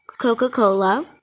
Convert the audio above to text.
Coca-Cola